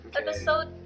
episode